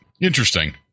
interesting